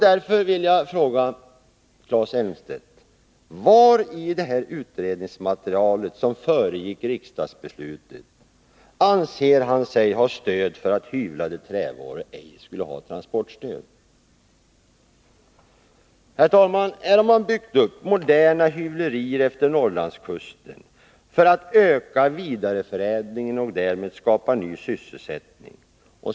Därför vill jag fråga Claes Elmstedt: Var i det utredningsmaterial som föregick riksdagsbeslutet anser sig kommunikationsministern ha stöd för uppfattningen att hyvlade trävaror ej skulle ha transportstöd? Herr talman! Här har man utefter Norrlandskusten byggt upp moderna hyvlerier för att öka vidareförädlingen och därmed skapa ny sysselsättning.